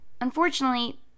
Unfortunately